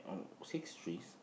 six trees